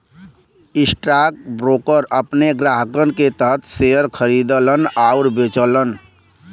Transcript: stockbroker अपने ग्राहकन के तरफ शेयर खरीदलन आउर बेचलन